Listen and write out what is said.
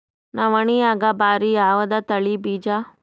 ನವಣಿಯಾಗ ಭಾರಿ ಯಾವದ ತಳಿ ಬೀಜ?